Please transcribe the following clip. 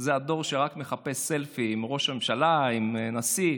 זה הדור שרק מחפש סלפי עם ראש הממשלה, עם הנשיא,